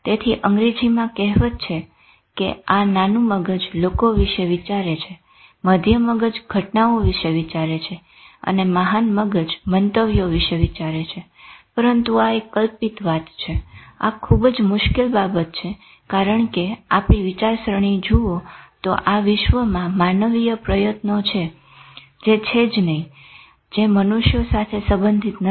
તેથી અંગ્રેજીમાં કહેવત છે કે આ નાનું મગજ લોકો વિષે વિચારે છે મધ્યમ મગજ ઘટનાઓ વિશે વિચારે છે મહાન મગજ મંતવ્યો વિશે વિચારે છે પરંતુ આ એક કલ્પિત વાત છે આ ખુબ જ મુશ્કેલ બાબત છે કારણ કે આપણી વિચારસરણી જુઓ તો આ વિશ્વમાં માનવીય પ્રયત્નો છે જ નઈ જે મનુષ્યો સાથે સબંધિત નથી